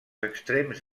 extrems